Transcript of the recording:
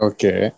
Okay